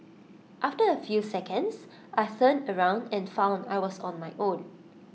after A few seconds I turned around and found I was on my own